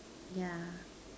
yeah